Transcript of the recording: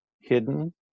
hidden